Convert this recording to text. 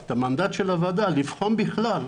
את המנדט של הוועדה לבחון בכלל,